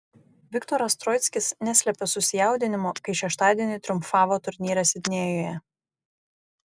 viktoras troickis neslėpė susijaudinimo kai šeštadienį triumfavo turnyre sidnėjuje